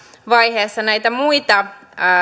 vaiheessa näitä muita